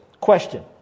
Question